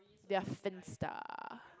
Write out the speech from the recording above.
their Finsta